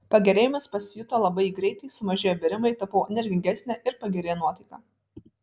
pagerėjimas pasijuto labai greitai sumažėjo bėrimai tapau energingesnė ir pagerėjo nuotaika